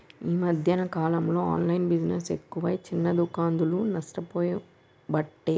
ఈ మధ్యన కాలంలో ఆన్లైన్ బిజినెస్ ఎక్కువై చిన్న దుకాండ్లు నష్టపోబట్టే